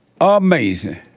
Amazing